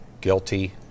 guilty